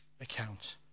account